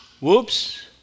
Whoops